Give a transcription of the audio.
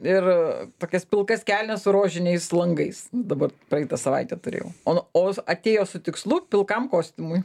ir tokias pilkas kelnes su rožiniais langais dabar praeitą savaitę turėjau o o atėjo su tikslu pilkam kostiumui